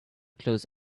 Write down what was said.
close